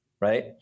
Right